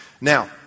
Now